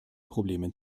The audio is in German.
problemen